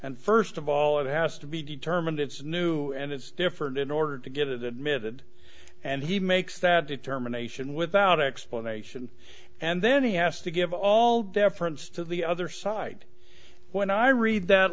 and first of all it has to be determined it's new and it's different in order to give it a minute and he makes that determination without explanation and then he has to give all deference to the other side when i read that